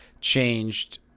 changed